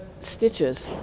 stitches